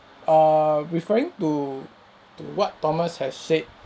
err referring to to what thomas has said